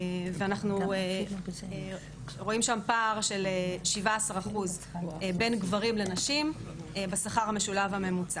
ואנחנו רואים שם פער של 17% בין גברים לנשים בשכר המשולב הממוצע.